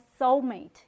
soulmate